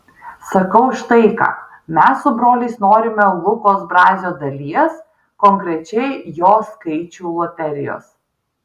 sakau štai ką mes su broliais norime lukos brazio dalies konkrečiai jo skaičių loterijos